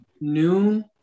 noon